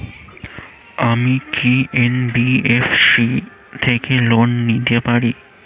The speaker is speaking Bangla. আমি কি এন.বি.এফ.সি থেকে লোন নিতে পারি?